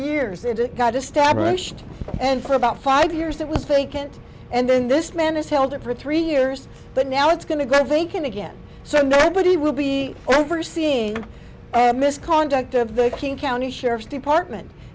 years and it got established and for about five years it was vacant and then this man is held in for three years but now it's going to get vacant again so nobody will be overseeing misconduct of the king county sheriff's department